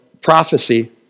prophecy